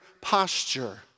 posture